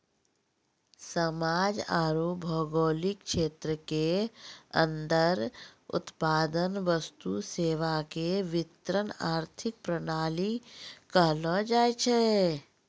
समाज आरू भौगोलिक क्षेत्र के अन्दर उत्पादन वस्तु सेवा के वितरण आर्थिक प्रणाली कहलो जायछै